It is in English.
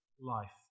life